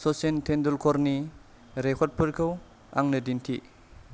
सचिन तेन्डुलकरनि रेकर्डफोरखौ आंनो दिन्थि